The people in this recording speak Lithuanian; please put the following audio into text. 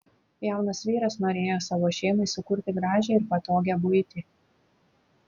jaunas vyras norėjo savo šeimai sukurti gražią ir patogią buitį